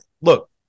look